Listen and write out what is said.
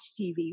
TV